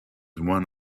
one